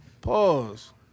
pause